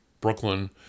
Brooklyn